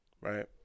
right